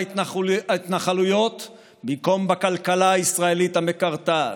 ההתנחלויות במקום בכלכלה הישראלית המקרטעת?